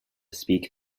speak